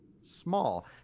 small